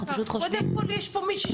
אנחנו פשוט חושבים --- אבל קודם כול יש פה מישהי